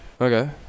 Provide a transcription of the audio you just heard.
okay